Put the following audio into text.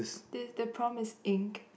the the prompt is ink